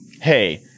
Hey